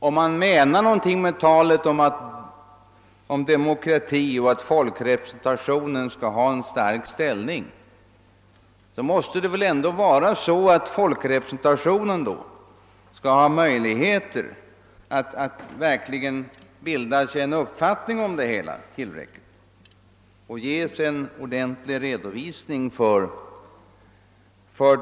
Om man menar någonting med talet om demokrati och om att folkre presentationen skall ha en stark ställning måste väl folkrepresentationen ha möjligheter att verkligen bilda sig en uppfattning om den fråga som skall avgöras.